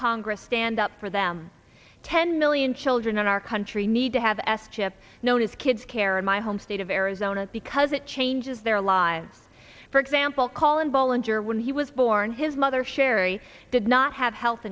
congress stand up for them ten million children in our country need to have s chip known as kids care in my home state of arizona because it changes their lives for example calling ballinger when he was born his mother sherry did not have health